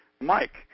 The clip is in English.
Mike